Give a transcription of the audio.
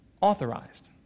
authorized